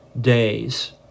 days